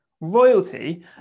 Royalty